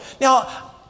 Now